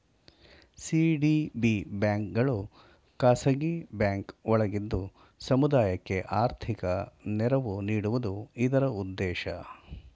CDB ಬ್ಯಾಂಕ್ಗಳು ಖಾಸಗಿ bank ಒಳಗಿದ್ದು ಸಮುದಾಯಕ್ಕೆ ಆರ್ಥಿಕ ನೆರವು ನೀಡುವುದು ಇದರ ಉದ್ದೇಶ